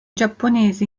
giapponesi